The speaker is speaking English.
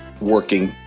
working